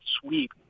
sweep